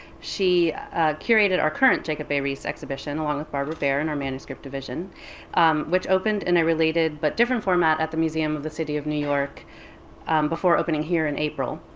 she curated our current jacob a. riis exhibition along with barbara thayer in our manuscript division which opened in a related but different format at the museum of the city of new york before opening here in april.